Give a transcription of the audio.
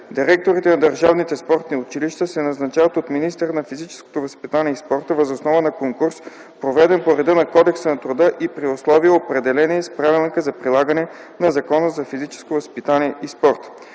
Директорите на държавните спортни училища се назначават от министъра на физическото възпитание и спорта въз основа на конкурс, проведен по реда на Кодекса на труда и при условия, определени с Правилника за прилагане на Закона за физическото възпитание и спорта.